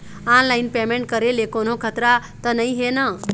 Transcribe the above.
Online payment करे ले कोन्हो खतरा त नई हे न?